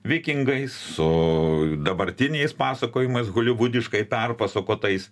vikingais su dabartiniais pasakojimais holivudiškai perpasakotais